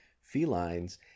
felines